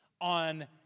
on